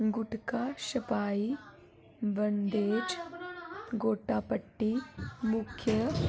गु़टका छपाई बंदेज़ गोटा पट्टी मुख्य